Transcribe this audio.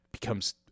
becomes